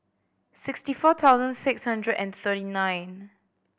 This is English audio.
sixty four thousand six hundred and thirty nine